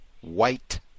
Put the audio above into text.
white